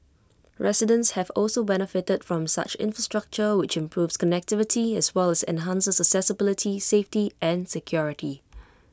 residents have also benefited from such infrastructure which improves connectivity as well as enhances accessibility safety and security